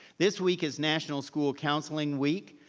this week is national school counseling week,